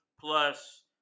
plus